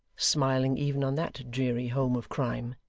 smiling even on that dreary home of crime.